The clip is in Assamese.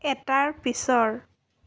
এটাৰ পিছৰ